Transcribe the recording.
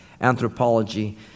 Anthropology